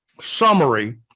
summary